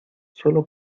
sólo